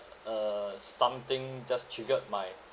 uh something just triggered my